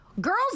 Girls